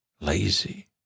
lazy